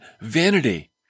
vanity